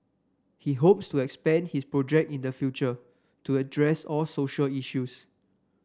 he hopes to expand his project in the future to address all social issues